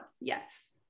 yes